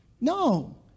No